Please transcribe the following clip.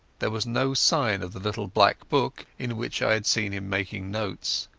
there was no sign of the little black book in which i had seen him making notes.